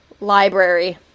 Library